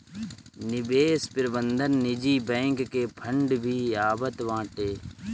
निवेश प्रबंधन निजी बैंक के फंड भी आवत बाटे